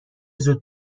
زود